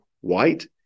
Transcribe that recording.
white